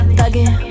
Thugging